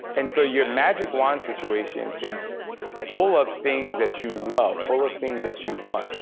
and so your magic wand situation is full of things that you love, full of things that you want,